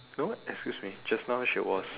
no excuse me just now she was